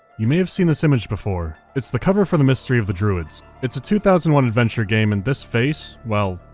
you may have seen this image before. it's the cover for the mystery of the druids. it's a two thousand and one adventure game, and this face, well,